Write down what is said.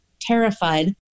terrified